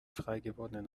freigewordenen